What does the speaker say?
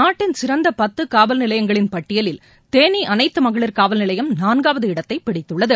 நாட்டின் சிறந்தபத்துகாவல்நிலையங்களின் பட்டியலில் தேனிஅனைத்துமகளிர் காவல்நிலையம் நான்காவது இடத்தைபிடித்துள்ளது